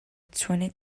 twenty